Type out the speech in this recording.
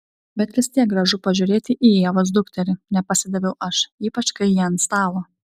bet vis tiek gražu pažiūrėti į ievos dukterį nepasidaviau aš ypač kai ji ant stalo